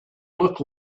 look